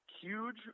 huge